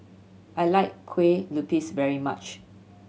I like kue lupis very much